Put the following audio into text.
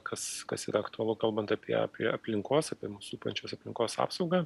kas kas yra aktualu kalbant apie apie aplinkos apie mus supančios aplinkos apsaugą